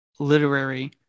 literary